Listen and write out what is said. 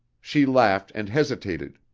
she laughed and hesitated.